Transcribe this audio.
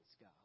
God